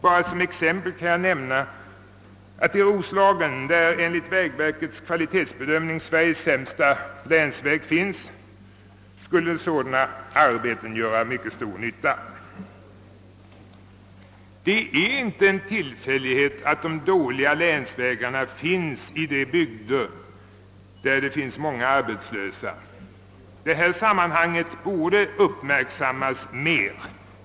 Bara som exempel kan jag nämna att i Roslagen, där enligt vägverkets kvalitetsbedömning Sveriges sämsta länsväg finns, skulle sådana arbeten göra mycket stor nytta. Det är icke en tillfällighet att de dåliga länsvägarna finns i de bygder där det finns många arbetslösa. Detta sammanhang borde uppmärksammas mer.